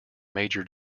major